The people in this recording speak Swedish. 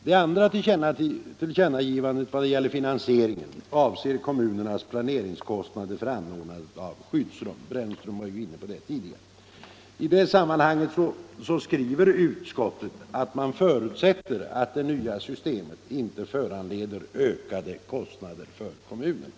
Det andra tillkännagivandet i vad gäller finansieringen avser kommunernas planeringskostnader för anordnandet av skyddsrum. Herr Brännström var tidigare inne på detta spörsmål. I det sammanhanget skriver utskottet att man förutsätter att det nya systemet inte föranleder ökade kostnader för kommunerna.